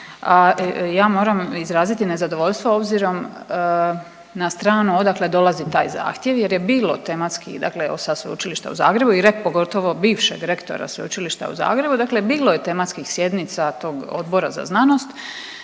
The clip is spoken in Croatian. ja moram izraziti nezadovoljstvo obzirom na stranu odakle dolazi taj zahtjev jer je bilo tematskih dakle sa Sveučilišta u Zagrebu i pogotovo bivšeg rektora Sveučilišta u Zagrebu, dakle bilo je tematskih sjednica tog Odbora za znanost